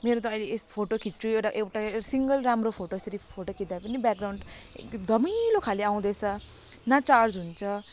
मेरो त अहिले फोटो खिच्छु एउटा सिङ्गल राम्रो फोटो सिर्फ फोटो खिच्दा पनि ब्याक ग्राउन्ड धमिलो खाले आउँदैछ न चार्ज हुन्छ